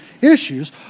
issues